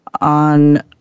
on